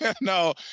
no